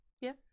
Yes